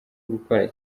gukora